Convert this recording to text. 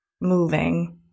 moving